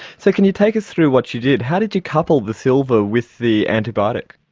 so can you take us through what you did? how did you couple the silver with the antibiotic?